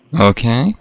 Okay